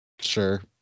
sure